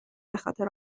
بخاطر